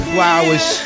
Flowers